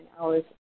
hours